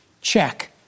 Check